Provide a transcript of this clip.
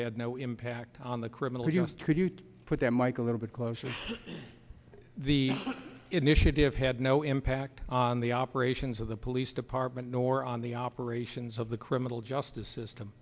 had no impact on the criminal us tribute put that mike a little bit closer to the initiative had no impact on the operations of the police department nor on the operations of the criminal justice system